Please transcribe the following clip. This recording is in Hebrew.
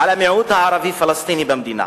על המיעוט הערבי-פלסטיני במדינה.